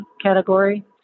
category